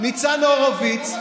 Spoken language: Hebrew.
ניצן הורוביץ?